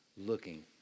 looking